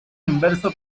inverso